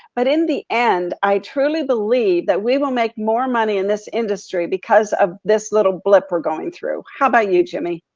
but in the end, i truly believe that we will make more money in this industry because of this little blip we are going through. how about you, jimmy?